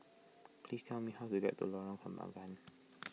please tell me how to get to Lorong Kembagan